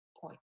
point